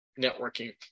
networking